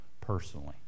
personally